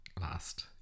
last